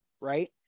right